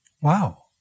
Wow